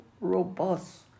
robust